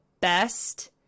best